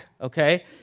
okay